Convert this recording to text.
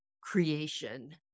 creation